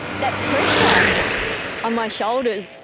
that pressure on my shoulders,